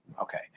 Okay